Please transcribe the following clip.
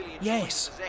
Yes